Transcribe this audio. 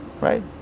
right